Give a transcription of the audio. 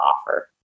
offer